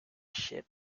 ship